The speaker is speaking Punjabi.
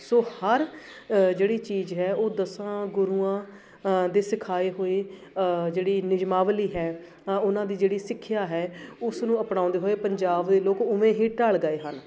ਸੋ ਹਰ ਜਿਹੜੀ ਚੀਜ਼ ਹੈ ਉਹ ਦਸਾਂ ਗੁਰੂਆਂ ਦੇ ਸਿਖਾਏ ਹੋਏ ਜਿਹੜੀ ਨਿਯਮਾਵਲੀ ਹੈ ਉਹਨਾਂ ਦੀ ਜਿਹੜੀ ਸਿੱਖਿਆ ਹੈ ਉਸ ਨੂੰ ਅਪਣਾਉਂਦੇ ਹੋਏ ਪੰਜਾਬ ਦੇ ਲੋਕ ਉਵੇਂ ਹੀ ਢਲ ਗਏ ਹਨ